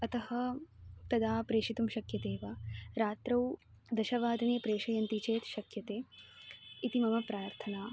अतः तदा प्रेषितुं शक्यते वा रात्रौ दशवादने प्रेषयन्ति चेत् शक्यते इति मम प्रार्थना